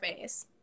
face